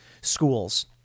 schools